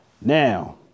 Now